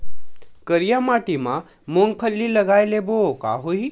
करिया माटी मा मूंग फल्ली लगय लेबों का?